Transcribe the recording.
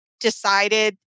decided